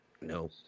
no